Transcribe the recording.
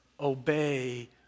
obey